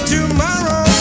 Tomorrow